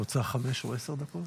את רוצה חמש או עשר דקות?